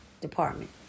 department